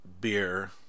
beer